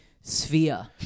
sphere